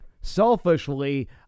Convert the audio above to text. selfishly